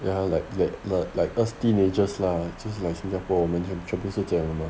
ya like like like like us teenagers lah 就是 like 新加坡我们全部都是这样的 mah